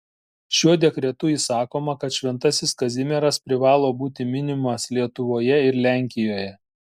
šiuo dekretu įsakoma kad šventasis kazimieras privalo būti minimas lietuvoje ir lenkijoje